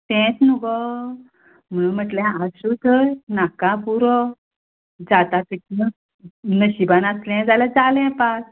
तेंच न्हय गो म्हणून म्हणलें आसूं थंय नाका पुरो जाता तितलें नशिबान आसलें जाल्यार जालें पास